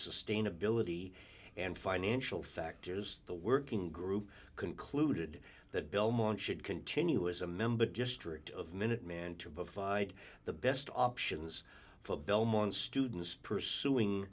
sustainability and financial factors the working group concluded that belmont should continue as a member just stripped of minuteman to provide the best options for belmont students pursuing